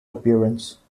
appearance